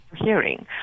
hearing